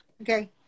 Okay